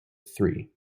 three